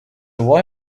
why